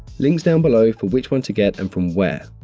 links down below for which one to get and from where.